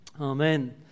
Amen